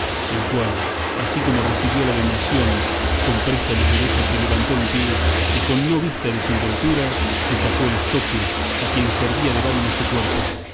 el cual así como recibió la bendición con presta ligereza se levantó en pie y con no vista desenvoltura se sacó el estoque a quien servía de vaina su cuerpo